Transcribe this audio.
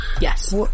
Yes